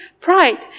pride